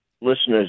listeners